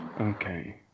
Okay